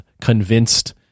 convinced